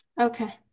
okay